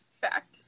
Fact